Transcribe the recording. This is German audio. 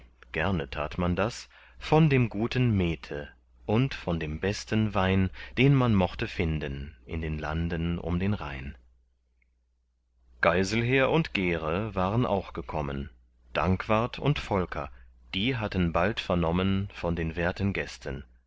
gerne tat man das von dem guten mete und von dem besten wein den man mochte finden in den landen um den rhein geiselher und gere waren auch gekommen dankwart und volker die hatten bald vernommen von den werten gästen